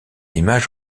images